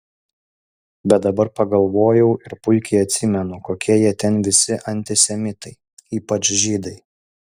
bet dabar pagalvojau ir puikiai atsimenu kokie jie ten visi antisemitai ypač žydai